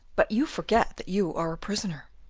but you forget that you are a prisoner.